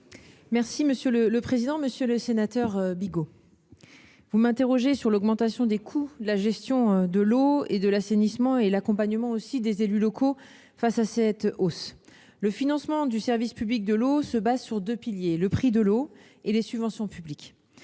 secrétaire d'État. Monsieur le sénateur Bigot, vous m'interrogez sur l'augmentation des coûts de la gestion de l'eau et de l'assainissement, ainsi que sur l'accompagnement des élus locaux face à cette hausse. Le financement du service public de l'eau est fondé sur deux piliers : le prix de l'eau et les subventions publiques.